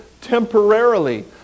temporarily